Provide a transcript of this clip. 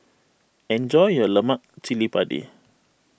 enjoy your Lemak Cili Padi